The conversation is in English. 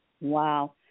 wow